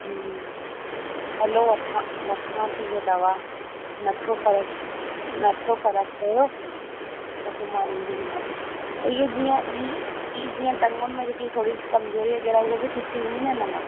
हलो वठा वठा थी इहा दवा नथो फ़र्क़ु नथो फ़र्क़ु पियो त पोइ मां ईंदीमांव इअं जीअं ई ई जीअं टंगुनि में जेकी थोरी कमज़ोरी वग़ैरह उहा बि ठीकु थी वेंदी न हुन मां